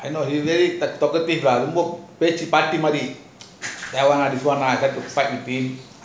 I know you very talkative lah this is partying only that one ah this one ah I like to fight